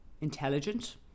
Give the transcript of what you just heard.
Intelligent